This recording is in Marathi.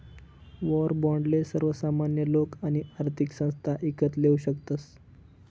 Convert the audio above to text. वाॅर बाॅन्डले सर्वसामान्य लोके आणि आर्थिक संस्था ईकत लेवू शकतस